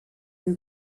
who